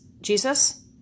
Jesus